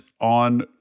on